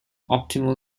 optimal